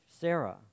Sarah